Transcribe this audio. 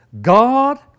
God